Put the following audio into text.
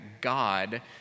God